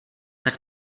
tak